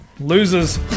Losers